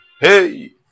hey